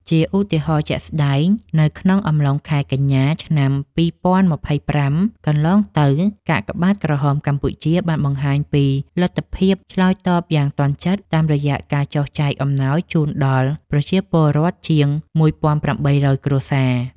ជាឧទាហរណ៍ជាក់ស្ដែង នៅក្នុងអំឡុងខែកញ្ញា ឆ្នាំ២០២៥ កន្លងទៅ កាកបាទក្រហមកម្ពុជាបានបង្ហាញពីលទ្ធភាពឆ្លើយតបយ៉ាងទាន់ចិត្ត តាមរយៈការចុះចែកអំណោយជូនដល់ប្រជាពលរដ្ឋជាង ១៨០០ គ្រួសារ។